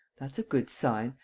that's a good sign.